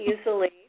easily